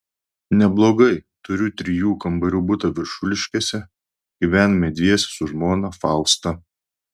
neblogai turiu trijų kambarių butą viršuliškėse gyvename dviese su žmona fausta